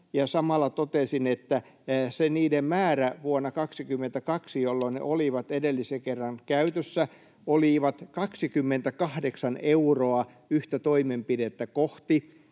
samalla totesin, että se niiden määrä vuonna 22, jolloin ne olivat edellisen kerran käytössä, oli 28 euroa yhtä toimenpidettä kohti